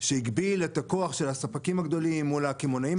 שהגביל את הכוח של הספקים הגדולים מול הקמעונאים